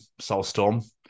Soulstorm